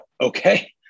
okay